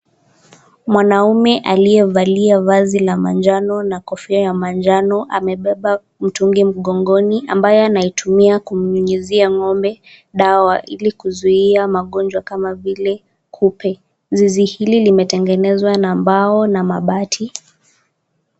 Mwanaume aliyevalia vazi la manjano na kofia ya manjano ,amebeba mtungi mgongoni ambayo anaitumia kunyunyizia ng'ombe dawa ili kuzuia magonjwa kama vile kupe, zizi hili limetengenezwa na mbao na mabati.